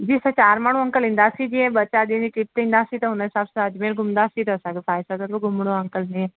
जी असां चार माण्हू अंकल ईंदासि जीअं ॿ चार ॾींहनि जी ट्रिप में ईंदासीं त हुन हिसाब सां अजमेर घुमंदासीं त असांखे फाइ सागर ज़रूरु घुमिणो आहे अंकल जीअं